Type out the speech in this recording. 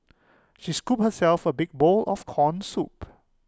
she scooped herself A big bowl of Corn Soup